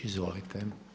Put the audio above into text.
Izvolite.